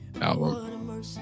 album